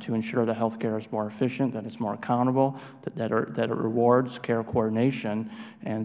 to ensure the health care is more efficient that it's more accountable that it rewards care coordination and